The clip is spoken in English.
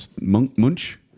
Munch